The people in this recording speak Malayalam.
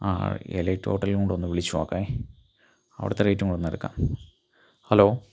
ആ എലൈറ്റ് ഹോട്ടലിലും കൂടെ ഒന്ന് വിളിച്ചു നോക്കാം അവിടുത്തെ റേറ്റും കൂടെ ഒന്ന് എടുക്കാം ഹലോ